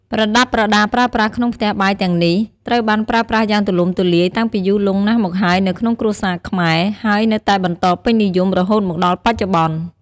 ប្រដាប់ប្រដាប្រើប្រាស់ក្នុងផ្ទះបាយទាំងនេះ ត្រូវបានប្រើប្រាស់យ៉ាងទូលំទូលាយតាំងពីយូរលង់ណាស់មកហើយនៅក្នុងគ្រួសារខ្មែរ ហើយនៅតែបន្តពេញនិយមរហូតមកដល់បច្ចុប្បន្ន។